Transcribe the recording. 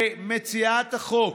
למציעת החוק,